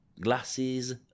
glasses